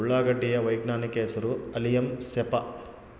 ಉಳ್ಳಾಗಡ್ಡಿ ಯ ವೈಜ್ಞಾನಿಕ ಹೆಸರು ಅಲಿಯಂ ಸೆಪಾ